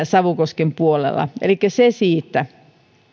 savukosken puolella elikkä se siitä